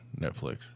Netflix